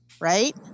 Right